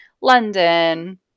london